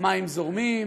המים זורמים,